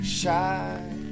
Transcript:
shy